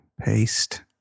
Paste